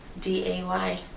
D-A-Y